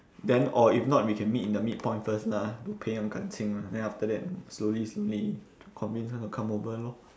then or if not we can meet in the midpoint first lah to 培养感情 lah then after that slowly slowly convince her to come over lor